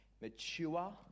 mature